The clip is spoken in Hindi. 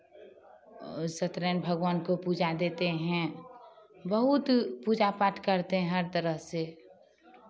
सत्यनारायण भगवान को पूजा देते हैं बहुत पूजा पाठ करते हर तरह से